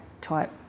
type